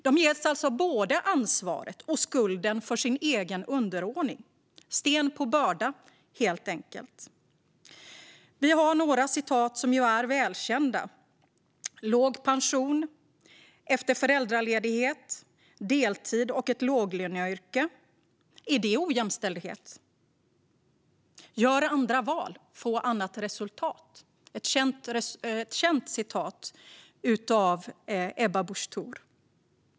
De ges alltså både ansvaret och skulden för sin egen underordning - helt enkelt sten på börda. Är låg pension efter föräldraledighet, deltid och ett låglöneyrke ojämställdhet? Vi har några citat som ju är välkända. Gör andra val, få annat resultat är ett känt citat av Ebba Busch.